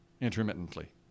intermittently